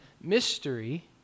mystery